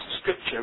scripture